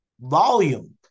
Volume